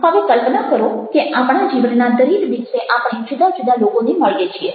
હવે કલ્પના કરો કે આપણા જીવનના દરેક દિવસે આપણે જુદા જુદા લોકોને મળીએ છીએ